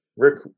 Rick